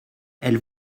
elles